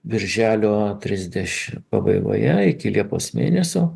birželio trisdešimt pabaigoje iki liepos mėnesio